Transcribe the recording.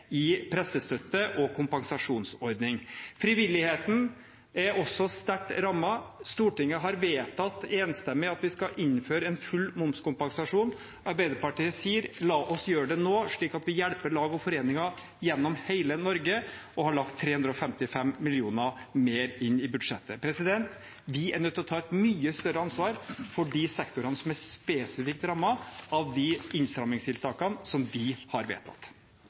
i pressestøtte og kompensasjonsordning. Frivilligheten er også sterkt rammet. Stortinget har vedtatt enstemmig at vi skal innføre full momskompensasjon. Arbeiderpartiet sier: La oss gjøre det nå, slik at vi hjelper lag og foreninger gjennom hele Norge, og har lagt 355 mill. kr mer inn i budsjettet. Vi er nødt til å ta et mye større ansvar for de sektorene som er spesifikt rammet av de innstrammingstiltakene vi har vedtatt.